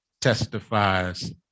testifies